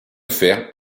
faire